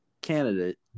candidate